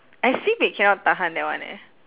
I sibei cannot tahan that one eh